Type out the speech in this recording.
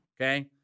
okay